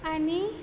आनी